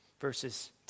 verses